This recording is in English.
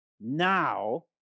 now